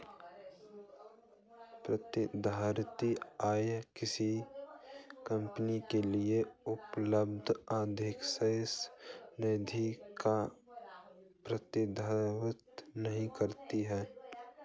प्रतिधारित आय किसी कंपनी के लिए उपलब्ध अधिशेष नकदी का प्रतिनिधित्व नहीं करती है